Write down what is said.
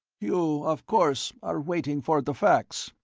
you, of course, are waiting for the facts,